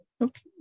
Okay